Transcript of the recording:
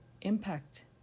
impact